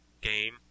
game